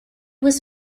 was